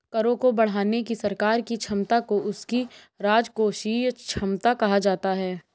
करों को बढ़ाने की सरकार की क्षमता को उसकी राजकोषीय क्षमता कहा जाता है